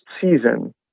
season